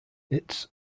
its